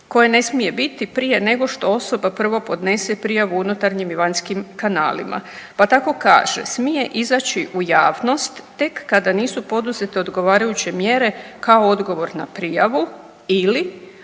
koje ne smije biti prije nego što osoba prvo podnese prijavu unutarnjim i vanjskim kanalima. Pa tako kaže smije izaći u javnost tek kada nisu poduzete odgovarajuće mjere kao odgovor na prijavu ili